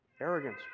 Arrogance